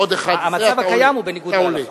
המצב הקיים הוא בניגוד להלכה.